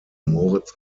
moritz